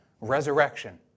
resurrection